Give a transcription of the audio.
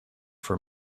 for